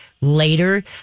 later